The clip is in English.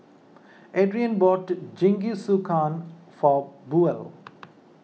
Adrien bought Jingisukan for Buel